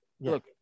Look